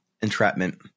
Entrapment